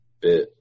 bit